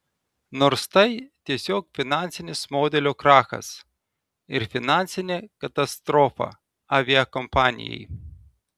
nors tai tiesiog finansinis modelio krachas ir finansinė katastrofa aviakompanijai